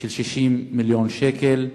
של 60 מיליון שקל,